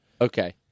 Okay